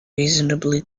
reasonably